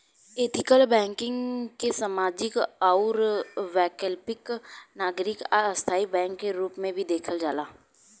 ethical banking के सामाजिक आउर वैकल्पिक नागरिक आ स्थाई बैंक के रूप में भी देखल जाला